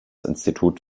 institut